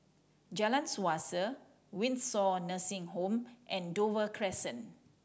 Jalan Suasa Windsor Nursing Home and Dover Crescent